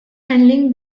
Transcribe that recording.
handling